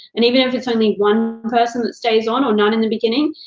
and even if it's only one person that stays on, or none in the beginning,